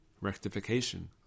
rectification